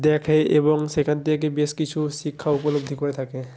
দেখে এবং সেখান থেকে বেশ কিছু শিক্ষা উপলব্ধি করে থাকে